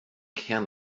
kern